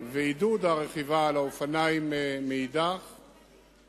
גיסא ועידוד הרכיבה על האופניים מאידך גיסא.